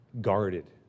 Guarded